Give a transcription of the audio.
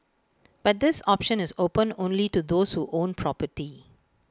but this option is open only to those who own property